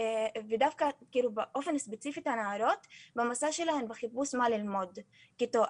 ודווקא ספציפית את הנערות במסע שלהן בחיפוש אחר מה ללמוד כתואר.